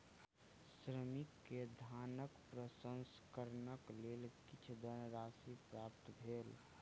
श्रमिक के धानक प्रसंस्करणक लेल किछ धनराशि प्राप्त भेल